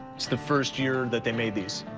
it's the first year that they made these.